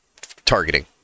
targeting